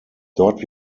dort